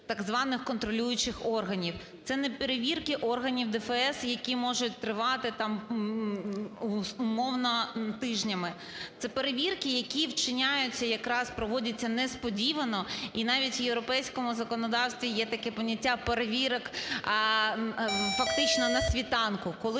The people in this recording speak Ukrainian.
так званих контролюючих органів. Це не перевірки органів ДФС, які можуть тривати там, умовно, тижнями, це перевірки, які вчиняються, якраз проводяться несподівано, і навіть в європейському законодавстві є таке поняття перевірок фактично на світанку,